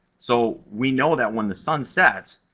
so, we know that when the sun sets,